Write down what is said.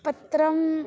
पत्रम्